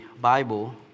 Bible